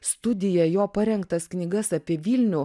studiją jo parengtas knygas apie vilnių